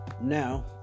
now